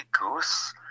Goose